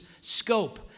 scope